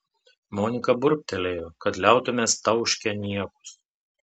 monika burbtelėjo kad liautumės tauškę niekus